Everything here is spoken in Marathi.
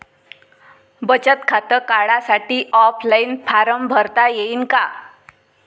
बचत खातं काढासाठी ऑफलाईन फारम भरता येईन का?